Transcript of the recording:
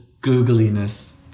googliness